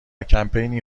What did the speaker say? کمپینی